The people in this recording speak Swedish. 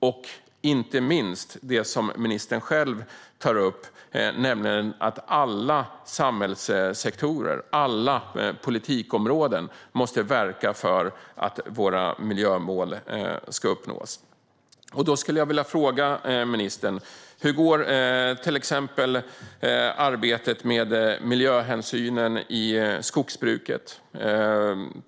Inte minst viktigt är det som ministern själv tar upp, nämligen att alla samhällssektorer och alla politikområden måste verka för att våra miljömål ska uppnås. Jag skulle vilja fråga ministern: Hur går till exempel arbetet med miljöhänsynen i skogsbruket?